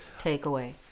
takeaway